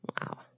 Wow